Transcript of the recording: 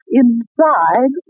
inside